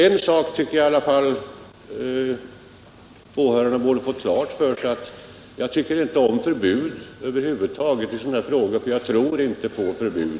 En sak tycker jag i alla fall att åhörarna borde ha fått klar för sig, nämligen att jag inte tycker om förbud i sådana här sammanhang. Jag tror över huvud taget inte på förbud.